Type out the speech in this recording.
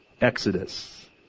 Exodus